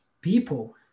people